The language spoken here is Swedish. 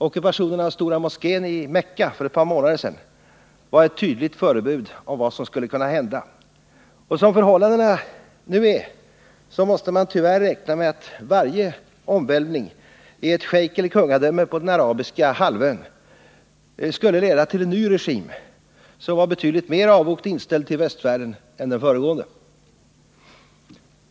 Ockupationen av Stora moskén i Mecka för ett par månader sedan var ett tydligt förebud om vad som - skulle kunna hända. Som förhållandena nu är måste man tyvärr räkna med att varje omvälvning i ett schejkeller kungadöme på den arabiska halvön skulle leda till en ny regim, som var betydligt mer avogt inställd till västvärlden än den föregående.